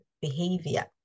behavior